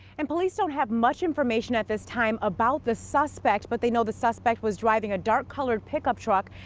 and police don't have much information at this time about the suspect, but they know the suspect was driving a dark-colored pickup truck.